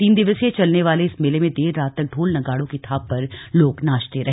तीन दिवसीय चलने वाले इस मेले में देर रात तक ढोल नगाड़ों की थाप पर लोग नाचते रहे